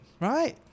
Right